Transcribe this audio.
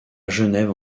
genève